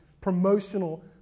promotional